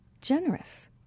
generous